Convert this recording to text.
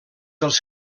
els